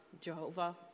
Jehovah